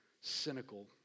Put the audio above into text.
cynical